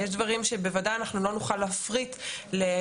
יש דברים שבוודאי אנחנו לא נוכל להפריט לאזרחים,